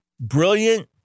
brilliant